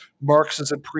Marxism